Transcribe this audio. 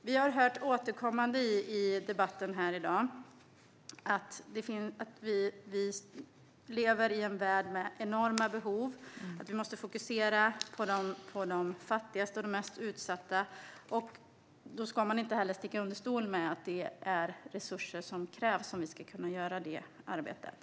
Vi har hört återkommande i debatten här i dag att vi lever i en värld med enorma behov. Vi måste fokusera på de fattigaste och de mest utsatta, och man ska inte sticka under stol med att det krävs resurser om vi ska kunna göra det arbetet.